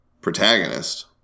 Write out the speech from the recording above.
protagonist